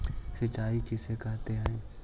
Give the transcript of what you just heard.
सिंचाई किसे कहते हैं?